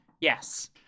yes